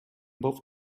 both